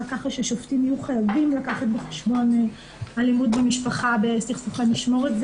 ככה ששופטים יהיו חייבים לקחת בחשבון אלימות במשפחה בסכסוכי משמורת,